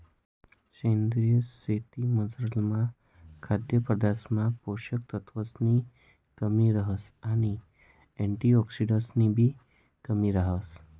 सेंद्रीय शेतीमझारला खाद्यपदार्थसमा पोषक तत्वसनी कमी रहास आणि अँटिऑक्सिडंट्सनीबी कमी रहास